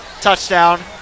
touchdown